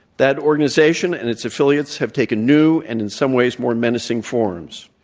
that organization and its affiliates have taken new and in some ways more menacing forms.